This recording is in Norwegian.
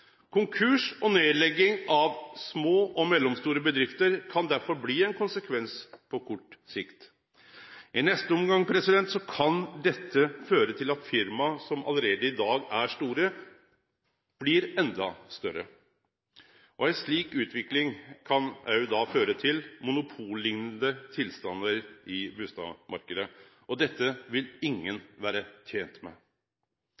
Konkurs og nedlegging av små og mellomstore bedrifter kan derfor bli ein konsekvens på kort sikt. I neste omgang kan dette føre til at firma som allereie i dag er store, blir enda større. Ei slik utvikling kan òg føre til monopolliknande tilstander i bustadmarknaden. Dette vil ingen vere tent med.